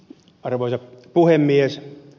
arvoisa puhemies